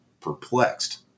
perplexed